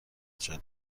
جاده